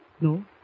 No